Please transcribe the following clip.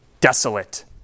desolate